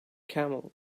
camel